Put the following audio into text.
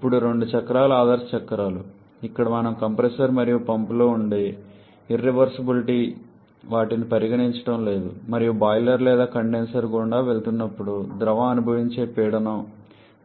ఇప్పుడు రెండు చక్రాలు ఆదర్శ చక్రాలు ఇక్కడ మనము కంప్రెసర్ మరియు పంప్లో ఉండే ఇర్రివర్సబులిటీ వాటిని పరిగణించడం లేదు మరియు బాయిలర్ లేదా కండెన్సర్ గుండా వెళుతున్నప్పుడు ద్రవం అనుభవించే పీడనం